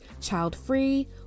child-free